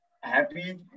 happy